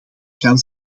gaan